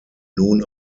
nun